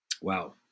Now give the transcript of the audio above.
Wow